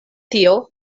tio